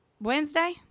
Wednesday